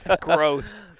Gross